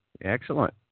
Excellent